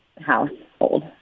household